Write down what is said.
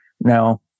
Now